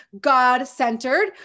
God-centered